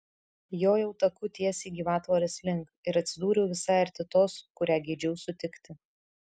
jojau taku tiesiai gyvatvorės link ir atsidūriau visai arti tos kurią geidžiau sutikti